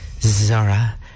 Zara